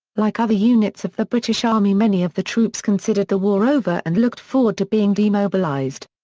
like other units of the british army many of the troops considered the war over and looked forward to being demobilised.